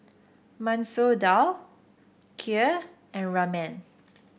Masoor Dal Kheer and Ramen